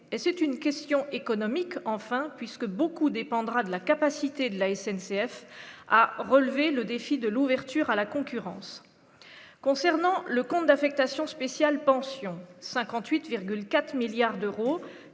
et c'est une question économique, enfin, puisque beaucoup dépendra de la capacité de la SNCF, a relevé le défi de l'ouverture à la concurrence concernant le compte d'affectation spéciale pension 58,4 milliards d'euros,